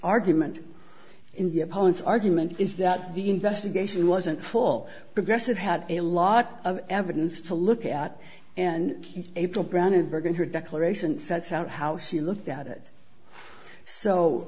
argument in the opponent's argument is that the investigation wasn't fall progressive had a lot of evidence to look at and april brown in bergen her declaration sets out how she looked at it so